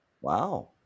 Wow